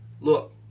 Look